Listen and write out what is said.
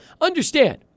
understand